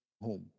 home